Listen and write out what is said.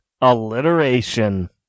Alliteration